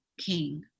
king